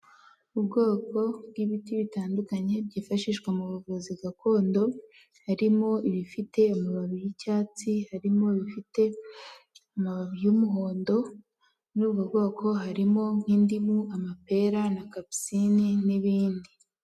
Ubwoko bw'ibiti bitandukanye byifashishwa mu buvuzi gakondo, harimo ibifite amababi y'icyatsi, harimo bifite amababi y'umuhondo, muri ubwo bwoko harimo nk'indimu, amapera, na kapusini, n'ibindi.